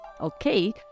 Okay